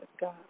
God